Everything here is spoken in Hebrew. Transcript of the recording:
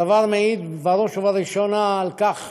הדבר מעיד בראש ובראשונה על כך